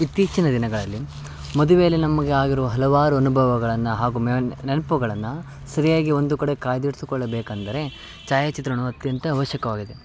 ಇತ್ತೀಚಿನ ದಿನಗಳಲ್ಲಿ ಮದುವೆಯಲ್ಲಿ ನಮಗೆ ಆಗಿರುವ ಹಲವಾರು ಅನುಭವಗಳನ್ನು ಹಾಗೂ ಮ್ಯಾನ್ ನೆನಪುಗಳನ್ನ ಸರಿಯಾಗಿ ಒಂದು ಕಡೆ ಕಾಯ್ದಿರ್ಸಿಕೊಳ್ಳಬೇಕೆಂದರೆ ಛಾಯಾಚಿತ್ರಣವು ಅತ್ಯಂತ ಆವಶ್ಯಕವಾಗಿದೆ